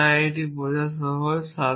এবং তাই এটি বোঝা সহজ